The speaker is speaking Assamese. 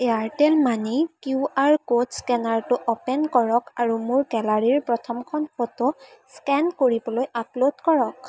এয়াৰটেল মানি কিউআৰ ক'ড স্কেনাৰটো অ'পেন কৰক আৰু মোৰ গেলাৰীৰ প্ৰথমখন ফটো স্কেন কৰিবলৈ আপল'ড কৰক